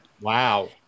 Wow